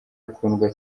akundwa